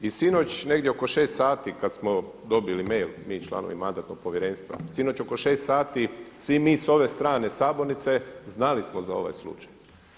I sinoć negdje oko 6 sati kada smo dobili mail, mi članovi Mandatnog-povjerenstva, sinoć oko 6 sati, svi mi s ove strane sabornice znali smo za ovaj slučaj.